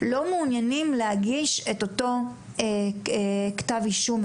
לא מעוניינים להגיש את אותו כתב אישום,